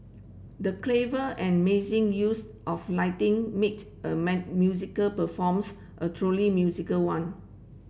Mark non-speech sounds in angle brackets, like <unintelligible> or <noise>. the clever and amazing use of lighting made the <unintelligible> musical performance a truly music one